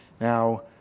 Now